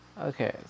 Okay